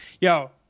Yo